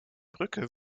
brücke